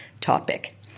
topic